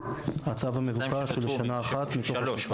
הצו המבוקש הוא לשנה אחת מתוך השנתיים.